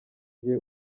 gihe